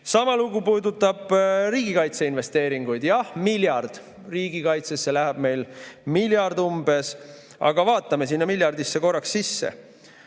Sama puudutab riigikaitseinvesteeringuid. Jah, miljard, riigikaitsesse läheb meil umbes miljard. Aga vaatame sinna miljardisse korraks sisse.